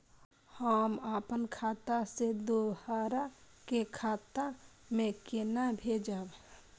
हम आपन खाता से दोहरा के खाता में केना भेजब?